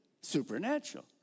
Supernatural